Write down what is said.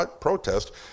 protest